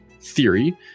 theory